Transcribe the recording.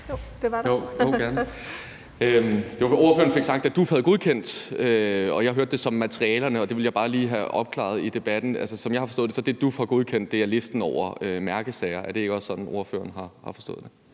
Kl. 10:40 Sigurd Agersnap (SF): Ordføreren fik sagt, at DUF havde godkendt, jeg hørte det som materialerne, og det vil jeg bare lige have opklaret i debatten. Altså, som jeg har forstået det, er det, DUF har godkendt, listen over mærkesager. Er det ikke også sådan, ordføreren har forstået det?